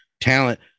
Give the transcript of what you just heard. talent